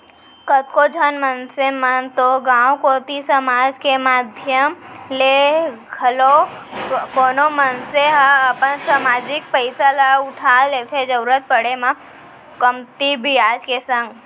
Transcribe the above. कतको झन मनसे मन तो गांव कोती समाज के माधियम ले घलौ कोनो मनसे ह अपन समाजिक पइसा ल उठा लेथे जरुरत पड़े म कमती बियाज के संग